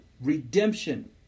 Redemption